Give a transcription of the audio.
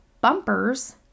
bumpers